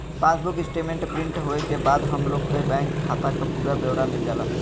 passbook statement print होये के बाद हम लोग के बैंक खाता क पूरा ब्यौरा मिल जाला